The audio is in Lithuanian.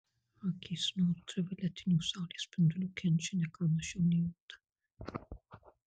akys nuo ultravioletinių saulės spindulių kenčia ne ką mažiau nei oda